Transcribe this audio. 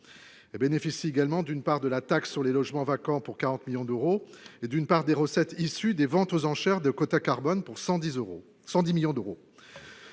et bénéficie également d'une part de la taxe sur les logements vacants pour 40 millions d'euros et d'une part des recettes issues des ventes aux enchères de quotas carbone pour 110 euros 110 millions d'euros,